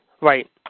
Right